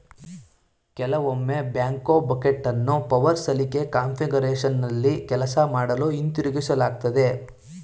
ಕೆಲವೊಮ್ಮೆ ಬ್ಯಾಕ್ಹೋ ಬಕೆಟನ್ನು ಪವರ್ ಸಲಿಕೆ ಕಾನ್ಫಿಗರೇಶನ್ನಲ್ಲಿ ಕೆಲಸ ಮಾಡಲು ಹಿಂತಿರುಗಿಸಲಾಗ್ತದೆ